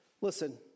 listen